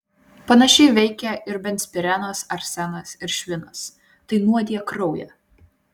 panašiai veikia ir benzpirenas arsenas ir švinas tai nuodija kraują